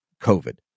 COVID